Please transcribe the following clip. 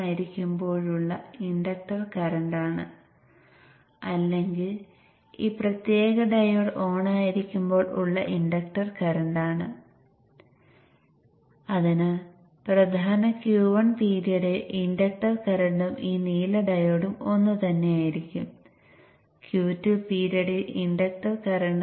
Q3 ഉം Q2 ഉം ഓണാകുമ്പോൾ Q1 ഉം Q4 ഉം Vin നെ നേരിടണം